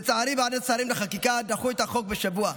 לצערי בוועדת שרים לחקיקה דחו את החוק בשבוע,